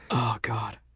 oh god.